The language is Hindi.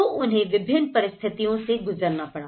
तो उन्हें विभिन्न परिस्थितियों से गुजरना पढ़ा